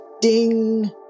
ding